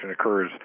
occurs